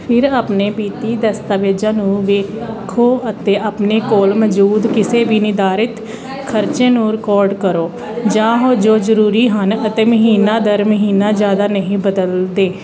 ਫਿਰ ਆਪਣੇ ਵਿੱਤੀ ਦਸਤਾਵੇਜ਼ਾਂ ਨੂੰ ਵੇਖੋ ਅਤੇ ਆਪਣੇ ਕੋਲ ਮੌਜੂਦ ਕਿਸੇ ਵੀ ਨਿਰਧਾਰਤ ਖਰਚੇ ਨੂੰ ਰਿਕੋਡ ਕਰੋ ਜਾਂ ਉਹ ਜੋ ਜ਼ਰੂਰੀ ਹਨ ਅਤੇ ਮਹੀਨਾ ਦਰ ਮਹੀਨਾ ਜ਼ਿਆਦਾ ਨਹੀਂ ਬਦਲਦੇ